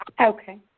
Okay